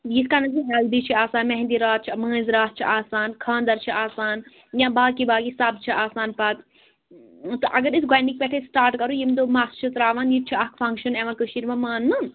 یِتھٕ کٔنۍ زَن ہَلدِی چھِ آسان مہنٛدِی راتھ چھِ مٲنٛزِ راتھ چھِ آسان خانٛدَر چھِ آسان یا باقٕے باقٕے سَب چھِ آسان پَتہٕ تہٕ اگر أسۍ گۄڈنِکۍ پٮ۪ٹھ أسۍ سِٹارٹ کَرو ییٚمہِ دۄہ مَس چھِ ترٛاوان یہِ تہِ چھِ اَکھ فَنٛکشَن یِوان کٔشیٖرِ منٛز ماننہٕ